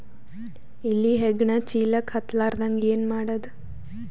ಇಲಿ ಹೆಗ್ಗಣ ಚೀಲಕ್ಕ ಹತ್ತ ಲಾರದಂಗ ಏನ ಮಾಡದ?